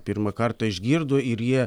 pirmą kartą išgirdo ir jie